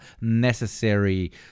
necessary